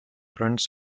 fronts